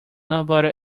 nobody